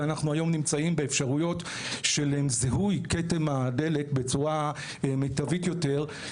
כי אנחנו נמצאים היום באפשרויות של זיהוי כתם הדלק בצורה מיטבית יותר,